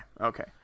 okay